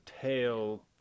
tail